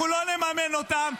אנחנו לא נממן אותם.